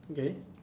okay